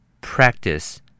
Practice